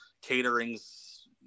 catering's